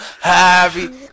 happy